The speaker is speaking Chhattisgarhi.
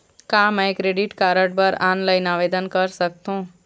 का मैं क्रेडिट कारड बर ऑनलाइन आवेदन कर सकथों?